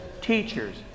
teachers